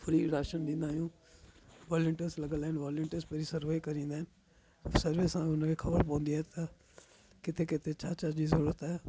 free ration ॾींदायूं volunteers लॻल आहिनि वॉलनटियर्स वरी सर्वे करींदा आहिनि सर्वे सां उन खे ख़बर पवंदी आहे त किथे किथे छा छा जी ज़रूरत आहे